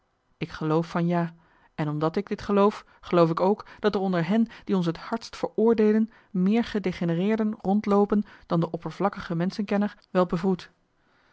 ik geloof van ja en omdat ik dit geloof geloof ik ook dat er onder hen die ons t hardst veroordeelen meer gedegenereerden rondloopen dan de oppervlakkige menschenkenner wel bevroedt